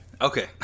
Okay